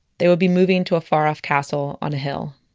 they would be moving to a far off castle on a hill